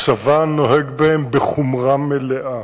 הצבא נוהג בהם בחומרה מלאה,